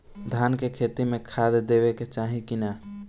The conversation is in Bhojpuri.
धान के खेती मे खाद देवे के चाही कि ना?